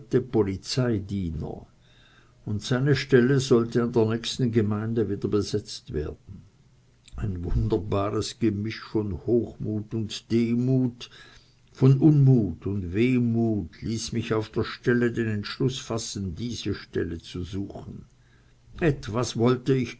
polizeidiener und seine stelle sollte an der nächsten gemeinde wieder besetzt werden ein wunderbares gemisch von hochmut und demut von unmut und wehmut ließ mich auf der stelle den entschluß fassen diese stelle zu suchen etwas wollte ich